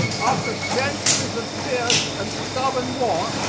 after centuries of fierce and stubborn war,